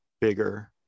bigger